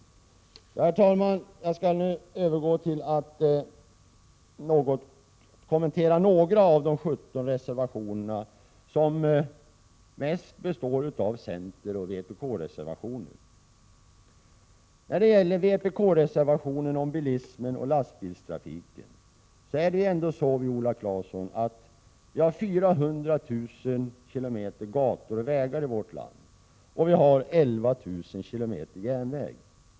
Herr talman! Jag skall nu övergå till att kommentera några av de 17 reservationerna; de flesta är centeroch vpk-reservationer. När det gäller vpk-reservationen om bilismen och lastbilstrafiken har vi ju ändå, Viola Claesson, 400 000 km gator och vägar i vårt land, medan vi har 11 000 km järnväg.